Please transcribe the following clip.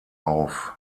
auf